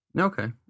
Okay